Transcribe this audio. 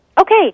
Okay